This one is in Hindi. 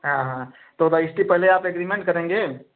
हाँ हाँ तो रजिस्ट्री पहले आप एग्रीमेंट करेंगे